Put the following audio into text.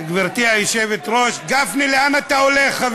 גברתי היושבת-ראש, גפני, לאן אתה הולך?